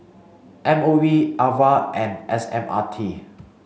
M O E Ava and S M R T